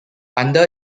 under